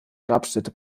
grabstätte